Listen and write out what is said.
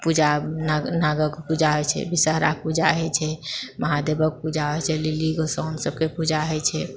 पूजा नागक पूजा होइत छै विषहराके पूजा होइत छै महादेवक पूजा होइत छै लिली गोसाओनि सभके पूजा होइत छै